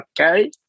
okay